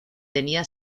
tenía